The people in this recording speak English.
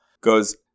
goes